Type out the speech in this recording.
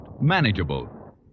manageable